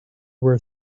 were